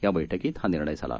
या बैठकीत हा निर्णय झाला